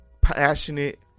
passionate